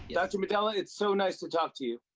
yeah dr. madela, it's so nice to talk to you.